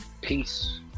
Peace